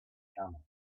camels